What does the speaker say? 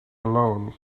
alone